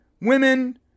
women